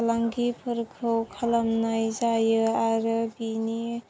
फालांगिफोरखौ खालामनाय जायो आरो बिनि